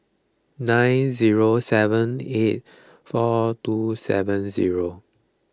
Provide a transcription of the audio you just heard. nine zero seven eight four two seven zero